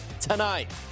tonight